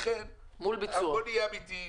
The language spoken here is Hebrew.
לכן בואו נהיה אמיתיים.